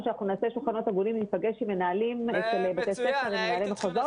שנעשה שולחנות עגולים וניפגש עם מנהלים ועם מנהלי מחוזות ונשמע.